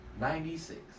Ninety-six